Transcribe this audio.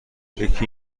یکی